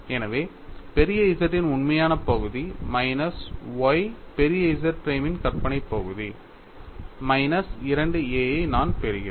எனவே பெரிய Z ன் உண்மையான பகுதி மைனஸ் y பெரிய Z பிரைமின் கற்பனை பகுதி மைனஸ் 2 A யை நான் பெறுகிறேன்